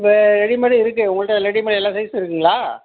readymade இருக்குது உங்கள்கிட்ட readymade எல்லா சைஸும் இருக்குதுங்களா